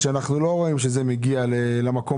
שאני לא יכול להיכנס כי יש שם אסירים ביטחוניים.